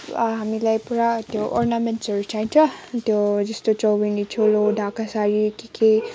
हामीलाई पुरा त्यो ओर्नामेन्ट्सहरू चाहिन्छ त्यो जस्तो चौबन्दी चोलो ढाका सारी के के